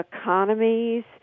economies